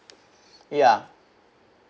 ya